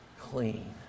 clean